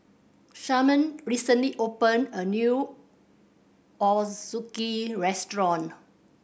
Sharman recently opened a new Ozuke restaurant